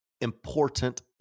important